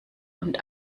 und